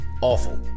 awful